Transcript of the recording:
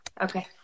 Okay